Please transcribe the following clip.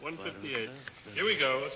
when we go